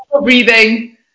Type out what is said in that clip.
breathing